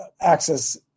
access